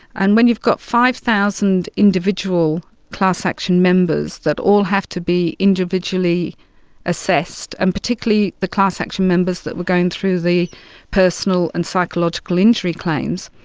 and when you've got five thousand individual class action members that all have to be individually assessed and particularly the class action members that were going through the personal and psychological injury claims,